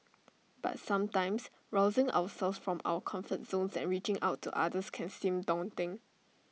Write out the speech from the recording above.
but sometimes rousing ourselves from our comfort zones and reaching out to others can seem daunting